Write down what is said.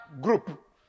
group